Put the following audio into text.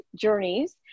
Journeys